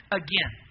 again